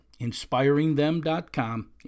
inspiringthem.com